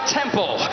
temple